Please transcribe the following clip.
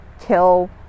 kill